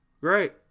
Great